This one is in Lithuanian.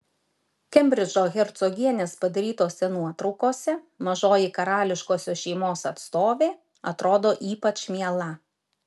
kembridžo hercogienės padarytose nuotraukose mažoji karališkosios šeimos atstovė atrodo ypač miela